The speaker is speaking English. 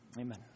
amen